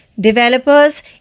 developers